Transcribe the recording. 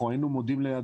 נודה לך,